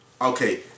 Okay